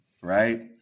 right